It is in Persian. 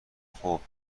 خوب